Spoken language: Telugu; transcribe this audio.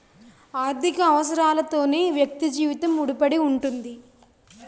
ఆర్థిక అవసరాలతోనే వ్యక్తి జీవితం ముడిపడి ఉంటుంది